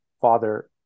father